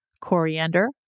coriander